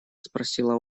спросила